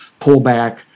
pullback